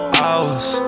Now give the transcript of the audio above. hours